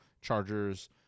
Chargers